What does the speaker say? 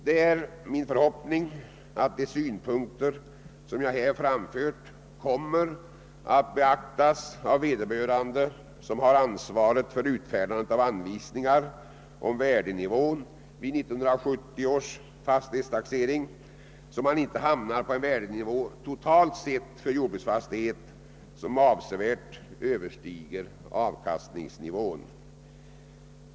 Det är min förhoppning, att de synpunkter jag här framfört kommer att beaktas av vederbörande, som har ansvaret för utfärdandet av anvisningar om värdenivån vid 1970 års fastighetstaxering, så att man inte hamnar på en värdenivå totalt sett för jordbruksfastighet, som avsevärt överstiger avkastningsnivån.